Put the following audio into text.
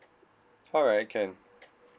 alright can